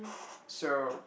so